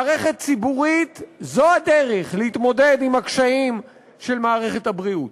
מערכת ציבורית היא הדרך להתמודד עם הקשיים של מערכת הבריאות.